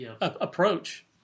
approach